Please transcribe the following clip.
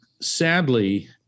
Sadly